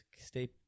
stay